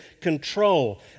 control